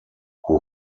who